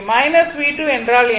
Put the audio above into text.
V2 என்றால் என்ன